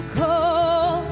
call